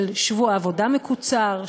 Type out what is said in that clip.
של שבוע עבודה מקוצר,